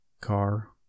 car